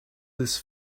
this